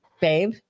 babe